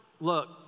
look